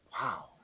wow